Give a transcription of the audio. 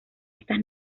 estas